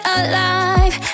alive